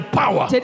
power